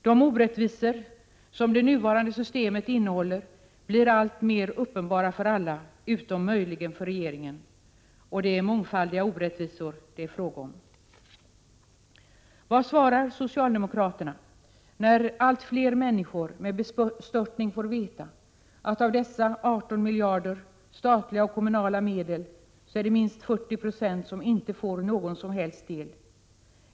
De orättvisor som det nuvarande systemet innehåller blir alltmer uppenbara för alla utom möjligen för regeringen, och det är mångfaldiga orättvisor det är fråga om. Vad svarar socialdemokraterna när allt fler människor med bestörtning får veta att av dessa 18 miljarder statliga och kommunala medel, är det minst 40 96 som inte får någon som helst del av dem.